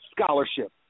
scholarship